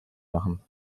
machen